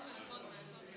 התש"ף 2020,